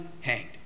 hanged